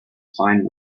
find